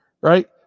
right